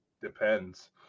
Depends